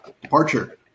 departure